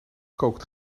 kookt